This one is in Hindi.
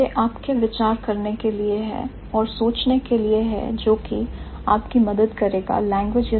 यह आपके विचार करने के लिए है और सोचने के लिए है जो कि आपकी मदद करेगा language universals को बेहतर समझने में